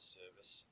service